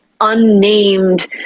unnamed